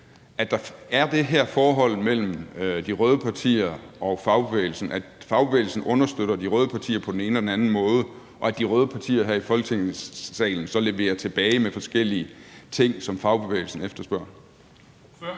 at der er det her forhold mellem de røde partier og fagbevægelsen, at fagbevægelsen understøtter de røde partier på den ene og den anden måde, og at de røde partier her i Folketingssalen så leverer tilbage med forskellige ting, som fagbevægelsen efterspørger.